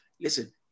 Listen